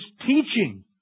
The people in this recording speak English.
teaching